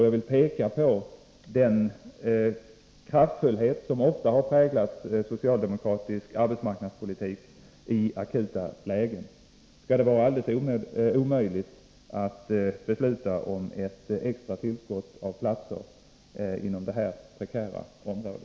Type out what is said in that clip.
Jag vill peka på den kraftfullhet som ofta har präglat socialdemokratisk arbetsmarknadspolitik i akuta lägen. Skall det vara alldeles omöjligt att besluta om ett extra tillskott av platser inom detta prekära område?